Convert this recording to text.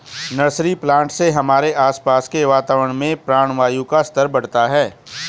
nursery plant से हमारे आसपास के वातावरण में प्राणवायु का स्तर बढ़ता है